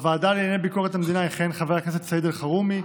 בוועדה לענייני ביקורת המדינה יכהן חבר הכנסת סעיד אלחרומי,